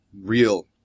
real